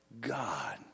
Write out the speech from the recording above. God